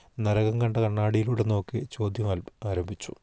നരകം കണ്ട കണ്ണാടിയിലൂടെ നോക്കി ചോദ്യം ആരംഭിച്ചു